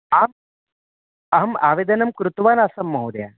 आम् अहम् आवेदनं कृतवानासं महोदया